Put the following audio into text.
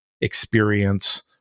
experience